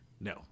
No